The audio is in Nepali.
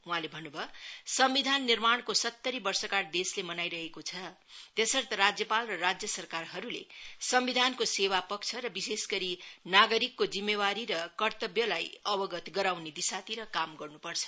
वहाँले भन्नु भयो संविधान निर्माणको सत्तरी वर्षगाँठ देशले मनाइरहेको छ त्यसर्थ राज्यपाल र राज्य सरकारहरूले संविधानको सेवा पक्ष र विशेष गरी नागरिकको जिम्मेवारी र कर्त्तव्यलाई अवगत गराउने दिशातिर काम गर्नुपर्छ